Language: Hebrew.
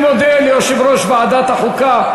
אני מודה ליושב-ראש ועדת החוקה,